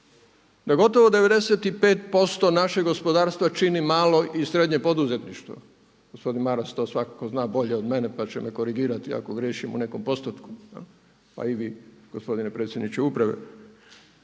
da gotovo 95% našeg gospodarstva čini malo i srednje poduzetništvo? Gospodin Maras to svakako zna bolje od mene pa će me korigirati ako griješim u nekom postotku, pa i vi gospodine predsjedniče uprave.